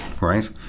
right